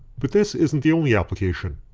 but this isn't the only application.